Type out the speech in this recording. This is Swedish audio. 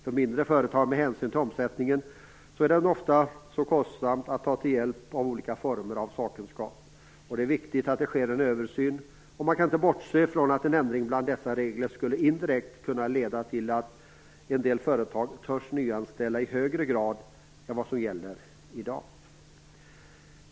För mindre företag är det, med hänsyn till omsättningen, ofta kostsamt att ta hjälp av olika former av sakkunskap. Det är viktigt att det sker en översyn, och man kan inte bortse från att en ändring av dessa regler indirekt skulle kunna leda till att en del företag törs nyanställa i högre grad än i dag.